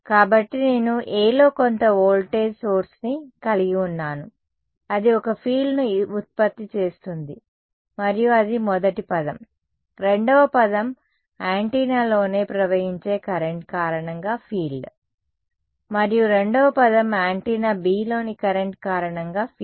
కాబట్టి నేను Aలో కొంత వోల్టేజ్ మూలాన్ని కలిగి ఉన్నాను అది ఒక ఫీల్డ్ను ఉత్పత్తి చేస్తుంది మరియు అది మొదటి పదం రెండవ పదం యాంటెన్నాలోనే ప్రవహించే కరెంట్ కారణంగా ఫీల్డ్ మరియు రెండవ పదం యాంటెన్నా Bలోని కరెంట్ కారణంగా ఫీల్డ్